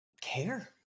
care